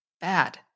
bad